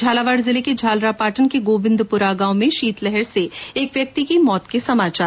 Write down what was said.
झालावाड़ जिले के झालरा पाटन के गोविन्दपुरा गांव में शीतलहर से एक व्यक्ति की मौत हो गई